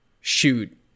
shoot